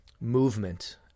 movement